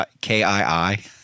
K-I-I